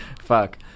Fuck